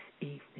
evening